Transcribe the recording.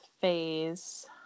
phase